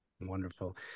Wonderful